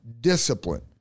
discipline